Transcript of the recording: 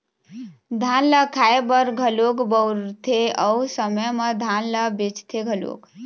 धान ल खाए बर घलोक बउरथे अउ समे म धान ल बेचथे घलोक